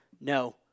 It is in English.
No